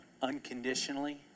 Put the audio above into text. unconditionally